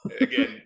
again